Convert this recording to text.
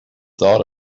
thought